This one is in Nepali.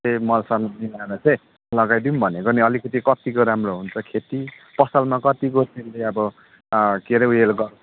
त्यही मलसँग मिलाएर चाहिँ लगाइदिऊँ भनेको नि अलिकति कतिको राम्रो हुन्छ खेती फसलमा कतिको त्यसले आबो के अरे ऊ योहरू गर्छ